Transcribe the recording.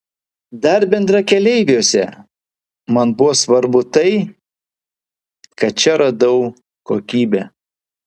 dar bendrakeleiviuose man buvo svarbu tai kad čia radau kokybę